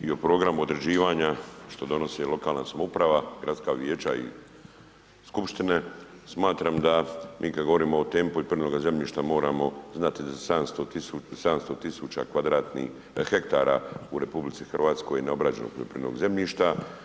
i o programu određivanja što donosi lokalna samouprava gradska vijeća i skupštine smatram da mi kada govorimo o temi poljoprivrednoga zemljišta moramo znati da 700 tisuća kvadratnih, hektara u RH je neobrađeno poljoprivrednog zemljišta.